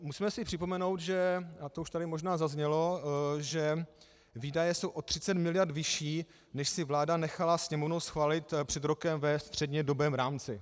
Musíme si připomenout, a to už tady možná zaznělo, že výdaje jsou o 30 mld. vyšší, než si vláda nechala Sněmovnou schválit před rokem ve střednědobém rámci.